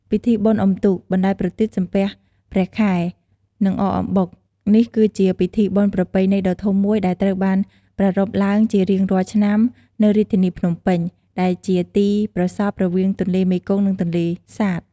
ពិធីបុណ្យអុំទូក បណ្ដែតប្រទីប សំពះព្រះខែ និងអកអំបុក នេះគឺជាពិធីបុណ្យប្រពៃណីដ៏ធំមួយដែលត្រូវបានប្រារព្ធឡើងជារៀងរាល់ឆ្នាំនៅរាជធានីភ្នំពេញ ដែលជាទីប្រសព្វរវាងទន្លេមេគង្គនិងទន្លេសាទ។